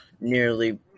nearly